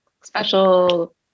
special